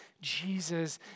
Jesus